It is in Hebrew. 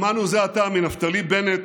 שמענו זה עתה מנפתלי בנט